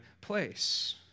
place